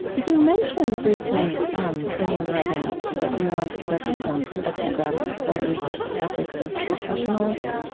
you mention briefly um in your writing that you once conducted some ethnographic studies of the ethics of professionals